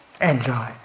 enjoy